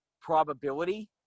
probability